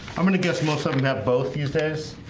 i'm gonna get some oh something that both these days